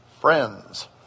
friends